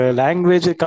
language